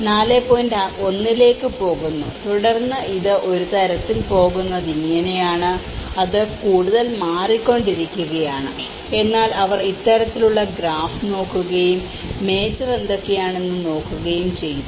1 ലേക്ക് പോകുന്നു തുടർന്ന് ഇത് ഒരു തരത്തിൽ പോകുന്നത് ഇങ്ങനെയാണ് ഇത് നിങ്ങൾക്ക് കൂടുതൽ മാറിക്കൊണ്ടിരിക്കുകയാണ് അതിനാൽ അവർ ഇത്തരത്തിലുള്ള ഗ്രാഫ് നോക്കുകയും മേജർ ഏതൊക്കെയാണ് എന്ന് നോക്കുകയും ചെയ്തു